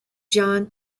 john